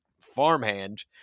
farmhand